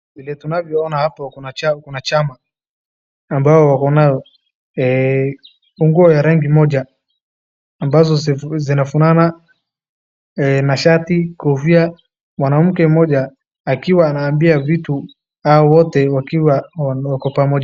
Vile tunavyoona hapo kuna chama ambao wako nayo na nguo ya rangi moja ambazo zinafanana na shati kofia. Mwanamke mmoja akiwa anaambia vitu hao wote wakiwa pamoja.